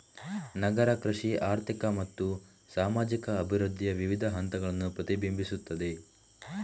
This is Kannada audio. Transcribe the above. ನಗರ ಕೃಷಿ ಆರ್ಥಿಕ ಮತ್ತು ಸಾಮಾಜಿಕ ಅಭಿವೃದ್ಧಿಯ ವಿವಿಧ ಹಂತಗಳನ್ನು ಪ್ರತಿಬಿಂಬಿಸುತ್ತದೆ